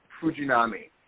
Fujinami